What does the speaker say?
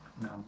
No